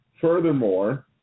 furthermore